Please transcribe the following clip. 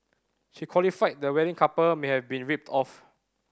she qualified the wedding couple may have been ripped off